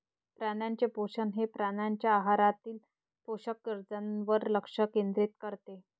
प्राण्यांचे पोषण हे प्राण्यांच्या आहारातील पोषक गरजांवर लक्ष केंद्रित करते